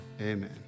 amen